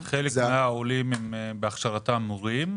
חלק מן העולים הם בהכשרתם מורים.